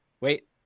wait